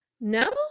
No